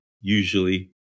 usually